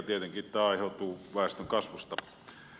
tietenkin tämä aiheutuu väestönkasvusta